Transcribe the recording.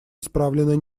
исправлены